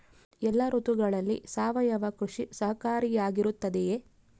ಎಲ್ಲ ಋತುಗಳಲ್ಲಿ ಸಾವಯವ ಕೃಷಿ ಸಹಕಾರಿಯಾಗಿರುತ್ತದೆಯೇ?